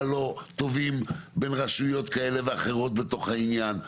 לא טובים בין רשויות כאלה ואחרות בתוך העניין,